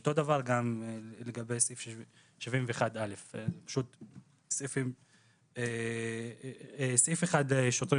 אותו דבר גם לגבי סעיף 71א. סעיף אחד שוטרים